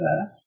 birth